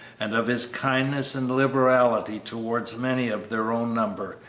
and of his kindness and liberality towards many of their own number,